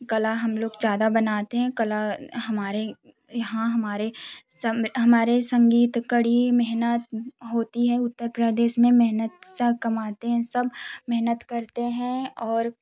कला हम लोग ज़्यादा बनाते हैं कला हमारे यहाँ हमारे सम्बे हमारा संगीत कड़ी मेहनत होती है उत्तर प्रदेश में मेहनत से कमाते हैं सब मेहनत करते हैं और